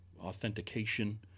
authentication